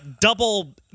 double